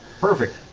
Perfect